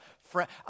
friend